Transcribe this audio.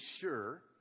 sure